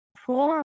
four